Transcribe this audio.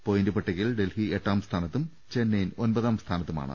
point പട്ടികയിൽ ഡൽഹി എട്ടാം സ്ഥാനത്തും ചെന്നൈയിൻ ഒമ്പതാം സ്ഥാനത്തുമാണ്